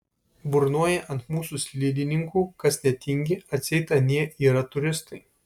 burnoja ant mūsų slidininkų kas netingi atseit anie yra turistai